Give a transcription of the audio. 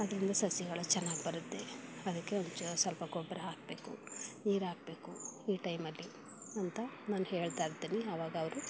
ಅದರಿಂದ ಸಸಿಗಳು ಚೆನ್ನಾಗಿ ಬರುತ್ತೆ ಅದಕ್ಕೆ ಒಂಚೂರು ಸ್ವಲ್ಪ ಗೊಬ್ಬರ ಹಾಕಬೇಕು ನೀರು ಹಾಕಬೇಕು ಈ ಟೈಮಲ್ಲಿ ಅಂತ ನಾನು ಹೇಳ್ತಾಯಿರ್ತೀನಿ ಆವಾಗ ಅವರು